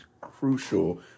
crucial